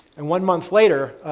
and one month later,